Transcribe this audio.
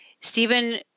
Stephen